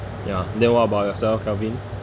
ya then what about yourself kelvin